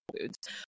Foods